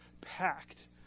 packed